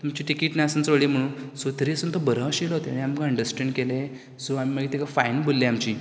तुमची टिकेट नासतना चडलीं म्हणून सो तरी आसतना तो बोरो आशिल्लो तेणें आमकां अंडरस्टेंड केलें सो आमी मागीर तेका फायन भरली आमची